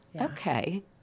Okay